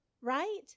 right